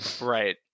Right